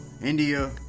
India